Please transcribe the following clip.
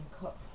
cook